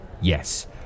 Yes